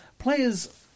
Players